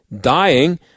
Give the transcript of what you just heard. dying